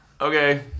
Okay